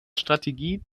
strategie